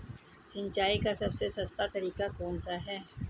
सिंचाई का सबसे सस्ता तरीका कौन सा है?